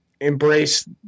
embrace